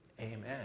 Amen